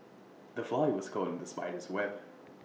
the fly was caught in the spider's web